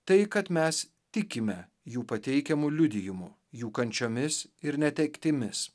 tai kad mes tikime jų pateikiamu liudijimu jų kančiomis ir netektimis